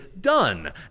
done